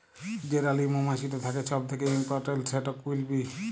যে রালী মমাছিট থ্যাকে ছব থ্যাকে ইমপরট্যাল্ট, সেট কুইল বী